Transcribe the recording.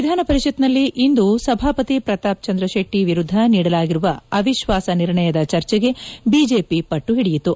ವಿಧಾನಪರಿಷತ್ನಲ್ಲಿ ಇಂದು ಸಭಾಪತಿ ಪ್ರತಾಪ್ ಚಂದ್ರ ಶೆಟ್ಟಿ ವಿರುದ್ದ ನೀಡಲಾಗಿರುವ ಅವಿಶ್ವಾಸ ನಿರ್ಣಯದ ಚರ್ಚೆಗೆ ಬಿಜೆಪಿ ಪಟ್ಟು ಹಿಡಿಯಿತು